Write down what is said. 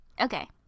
Okay